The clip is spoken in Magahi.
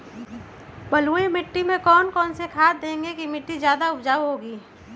बलुई मिट्टी में कौन कौन से खाद देगें की मिट्टी ज्यादा उपजाऊ होगी?